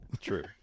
True